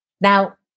Now